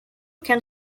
can